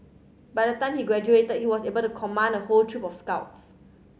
by the time he graduated he was able to command a whole troop of scouts